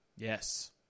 Yes